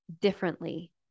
differently